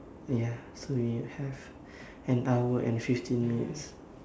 ya so we have an hour and fifteen minutes